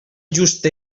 just